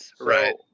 right